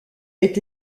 est